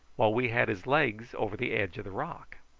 while we had his legs over the edge of the rock.